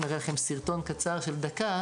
נראה לכם סרטון קצר של דקה,